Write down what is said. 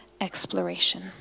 exploration